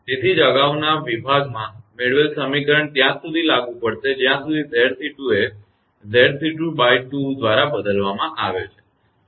તેથી જ અગાઉના વિભાગોમાં મેળવેલ સમીકરણ ત્યા સૂધી જ લાગુ પડશે જયાં સુધી 𝑍𝑐2 એ 𝑍𝑐22 દ્વારા બદલવામાં આવે છે